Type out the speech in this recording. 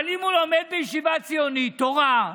אבל אם הוא לומד בישיבת ציונית תורה,